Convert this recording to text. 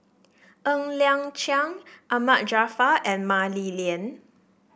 Ng Liang Chiang Ahmad Jaafar and Mah Li Lian